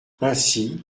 ainsi